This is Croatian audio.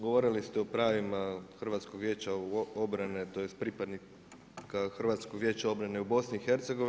Govorili ste o pravima Hrvatskog vijeća obrane, tj. pripadnika Hrvatskog vijeća obrane u BiH.